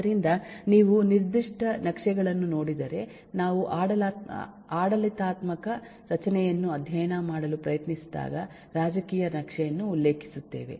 ಆದ್ದರಿಂದ ನೀವು ನಿರ್ದಿಷ್ಟ ನಕ್ಷೆಗಳನ್ನು ನೋಡಿದರೆ ನಾವು ಆಡಳಿತಾತ್ಮಕ ರಚನೆಯನ್ನು ಅಧ್ಯಯನ ಮಾಡಲು ಪ್ರಯತ್ನಿಸಿದಾಗ ರಾಜಕೀಯ ನಕ್ಷೆಯನ್ನು ಉಲ್ಲೇಖಿಸುತ್ತೇವೆ